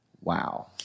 Wow